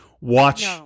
watch